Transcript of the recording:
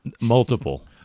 Multiple